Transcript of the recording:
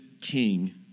king